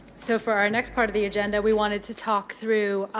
so, for our next part of the agenda, we wanted to talk through